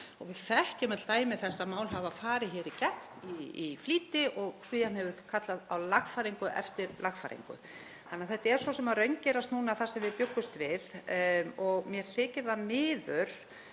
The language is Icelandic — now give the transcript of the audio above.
að. Við þekkjum öll dæmi þess að mál hafa farið hér í gegn í flýti sem hefur síðan kallað á lagfæringu eftir lagfæringu. Þannig að það er svo sem að raungerast núna sem við bjuggumst við. Mér þykir það miður